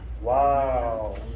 Wow